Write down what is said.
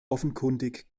offenkundig